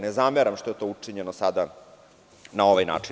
Ne zameram što je to učinjeno sada na ovaj način.